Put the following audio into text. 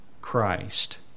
Christ